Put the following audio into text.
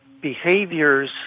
behaviors